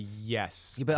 Yes